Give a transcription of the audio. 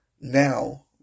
now